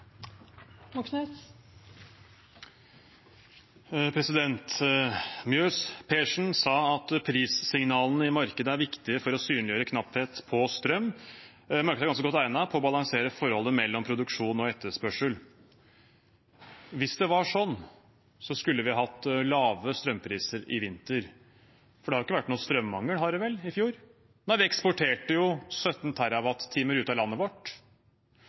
viktige for å synliggjøre knapphet på strøm, og at markedet er ganske godt egnet til å balansere forholdet mellom produksjon og etterspørsel. Hvis det var sånn, skulle vi hatt lave strømpriser i vinter, for det har vel ikke vært noen strømmangel i fjor? Nei, vi eksporterte jo 17 TWh ut av landet vårt.